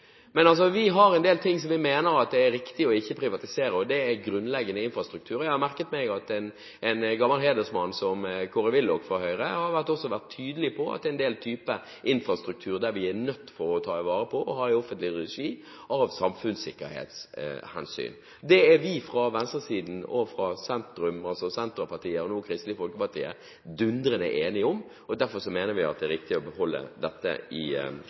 Men vi har del ting vi mener det er riktig å ikke privatisere, og det er grunnleggende infrastruktur. Jeg har merket meg at en gammel hedersmann som Kåre Willoch fra Høyre også har vært tydelig på at det er en del typer infrastruktur som vi er nødt til å ta vare på og ha i offentlig regi av samfunnssikkerhetshensyn. Det er vi fra venstresiden og sentrum – altså Senterpartiet og nå Kristelig Folkeparti – dundrende enige om, og derfor mener vi det er riktig å beholde dette i